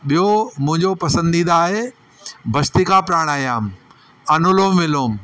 ॿियो मुंहिंजो पसंदीदा आहे भस्त्रिका प्राणायाम अनुलोम विलोम